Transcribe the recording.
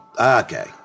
Okay